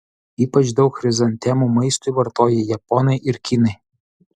ypač daug chrizantemų maistui vartoja japonai ir kinai